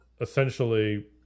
essentially